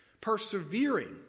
persevering